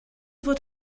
fod